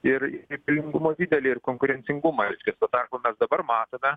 ir į pelningumo didelį ir konkurencingumą reiškiasi tuo tarpu mes dabar matome